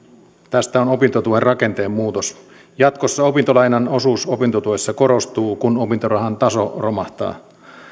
tästä on opintotuen rakenteen muutos jatkossa opintolainan osuus opintotuessa korostuu kun opintorahan taso romahtaa